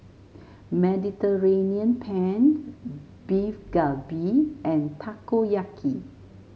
Mediterranean Penne Beef Galbi and Takoyaki